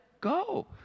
go